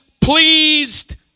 pleased